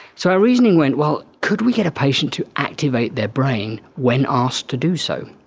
so our reasoning went, well, could we get a patient to activate their brain when asked to do so?